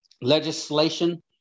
legislation